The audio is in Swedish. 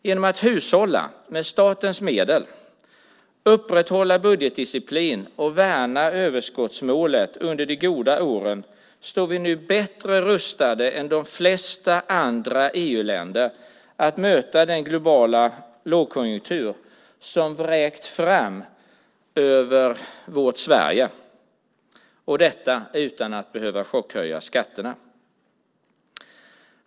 Genom att hushålla med statens medel, upprätthålla budgetdisciplin och värna överskottsmålet under de goda åren står vi nu bättre rustade än de flesta andra EU-länder att möta den globala lågkonjunktur som har vräkt fram över vårt Sverige - och detta utan att behöva chockhöja skatterna.